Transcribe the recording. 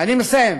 אני מסיים.